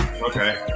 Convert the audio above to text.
Okay